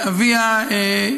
אביה,